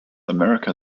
america